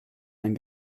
ein